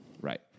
Right